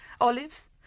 Olives